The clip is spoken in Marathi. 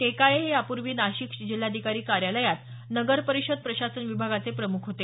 टेकाळे हे यापूर्वी नाशिक जिल्हाधिकारी कार्यालयात नगर परिषद प्रशासन विभागाचे प्रमुख होते